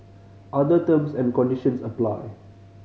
other terms and conditions apply